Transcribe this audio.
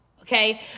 Okay